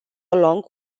along